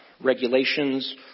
regulations